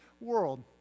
world